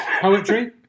Poetry